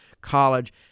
college